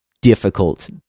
difficult